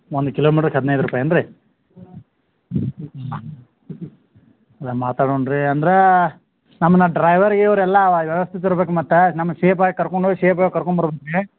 ಒಂದು ಕಿಲೋಮೀಟರ್ಗ್ ಹದಿನೈದು ರೂಪಾಯಿ ಏನ್ರಿ ಸರೇ ಮಾತಾಡೋಣ ರೀ ಅಂದರೆ ನಮ್ನ ಡ್ರೈವರ್ ಗೀವರ್ ಎಲ್ಲ ವ್ಯವಸ್ಥೆ ಇದ್ದಿರ್ಬೇಕು ಮತ್ತು ನಮ್ನ ಸೇಫಾಗಿ ಕರ್ಕೊಂಡು ಹೋಗಿ ಸೇಫಾಗಿ ಕರ್ಕೊಂಡು ಬರ್ಬೇಕು ನಮಗೆ